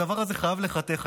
הדבר הזה חייב להיחתך.